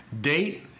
Date